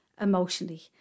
emotionally